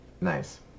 Nice